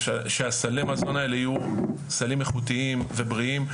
שהסלי מזון האלו יהיו סלים איכותיים ובריאים.